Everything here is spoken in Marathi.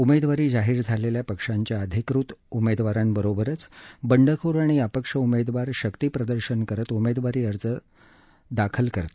उमेदवारी जाहीर झालेल्या पक्षांच्या अधिकृत उमेदवारांबरोबरच बंडखोर आणि अपक्ष उमेदवार शक्तीप्रदर्शन करत उमेदवारी अर्ज दाखल केले